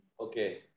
Okay